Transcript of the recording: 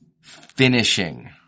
Finishing